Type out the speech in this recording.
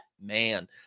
man